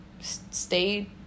stay